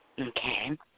Okay